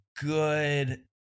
good